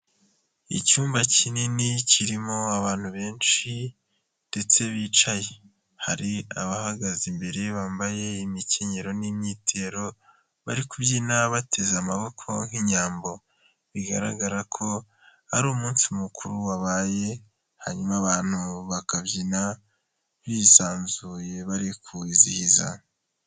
Icyumba kinini kirimo abantu benshi ndetse bicaye, hari abahagaze imbere bambaye imikenyero n'imyitero, bari kubyina bateze amaboko nk'inyambo, bigaragara ko ari umunsi mukuru wabaye, hanyuma abantu bakabyina bisanzuye bari kuwizihiza.